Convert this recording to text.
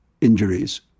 injuries